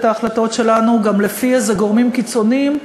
ההחלטות שלנו גם לפי איזה גורמים קיצוניים,